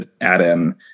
add-in